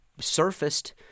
surfaced